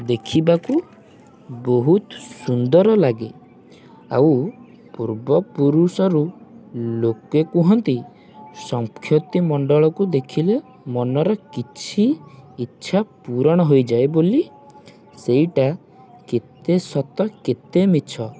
ଦେଖିବାକୁ ବହୁତ ସୁନ୍ଦର ଲାଗେ ଆଉ ପୂର୍ବପୁରୁଷରୁ ଲୋକେ କୁହନ୍ତି ସଂକ୍ଷତିମଣ୍ଡଳ କୁ ଦେଖିଲେ ମନରେ କିଛି ଇଚ୍ଛା ପୂରଣ ହୋଇଯାଏ ବୋଲି ସେଇଟା କେତେ ସତ କେତେ ମିଛ